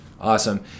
awesome